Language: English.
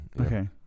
Okay